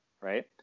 Right